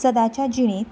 सदाच्या जिणेंत